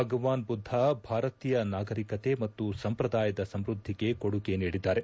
ಭಗವಾನ್ ಬುದ್ಧ ಭಾರತೀಯ ನಾಗರಿಕತೆ ಮತ್ತು ಸಂಪ್ರದಾಯದ ಸಂವೃದ್ಧಿಗೆ ಕೊಡುಗೆ ನೀಡಿದ್ದಾರೆ